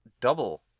double